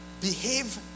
behave